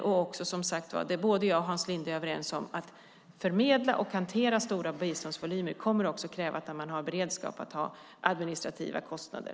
Hans Linde och jag är överens om att det för att förmedla och hantera stora biståndsvolymer kommer att krävas beredskap för administrativa kostnader.